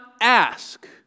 ask